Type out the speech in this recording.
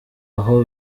aho